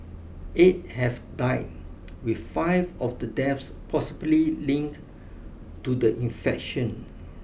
eight have died with five of the deaths possibly linked to the infection